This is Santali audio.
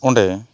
ᱚᱸᱰᱮ